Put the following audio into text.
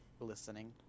listening